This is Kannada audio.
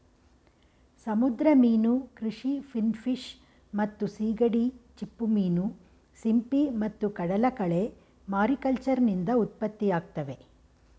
ಸಮುದ್ರ ಮೀನು ಕೃಷಿ ಫಿನ್ಫಿಶ್ ಮತ್ತು ಸೀಗಡಿ ಚಿಪ್ಪುಮೀನು ಸಿಂಪಿ ಮತ್ತು ಕಡಲಕಳೆ ಮಾರಿಕಲ್ಚರ್ನಿಂದ ಉತ್ಪತ್ತಿಯಾಗ್ತವೆ